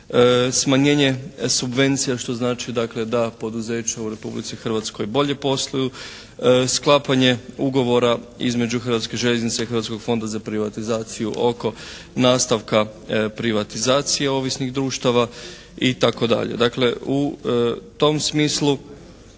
smanjenje subvencija što znači dakle da poduzeća u Republici Hrvatskoj bolje posluju, sklapanje ugovora između Hrvatskih željeznica i Hrvatskog fonda za privatizaciju oko nastavka privatizacije ovisnih društava itd. Dakle, u tom smislu